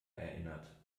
erinnert